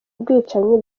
ubwicanyi